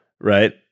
right